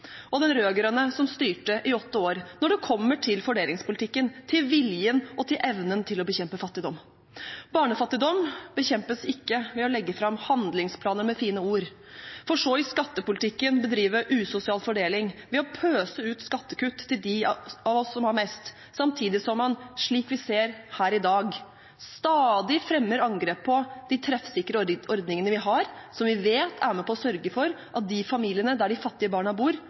og den rød-grønne, som styrte i åtte år, når det kommer til fordelingspolitikken, til viljen og til evnen til å bekjempe fattigdom. Barnefattigdom bekjempes ikke ved å legge fram handlingsplaner med fine ord for så i skattepolitikken å bedrive usosial fordeling ved å pøse ut skattekutt til dem av oss som har mest, samtidig som man – slik vi ser her i dag – stadig fremmer angrep på de treffsikre ordningene vi har, og som vi vet er med på å sørge for at de familiene der de fattige barna bor,